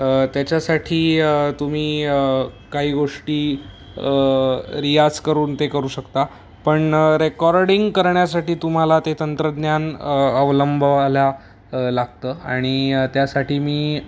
त्याच्यासाठी तुम्ही काही गोष्टी रियाज करून ते करू शकता पण रेकॉर्डिंग करण्यासाठी तुम्हाला ते तंत्रज्ञान अवलंबायला लागतं आणि त्यासाठी मी